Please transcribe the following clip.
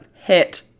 hit